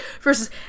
versus